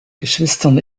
geschwistern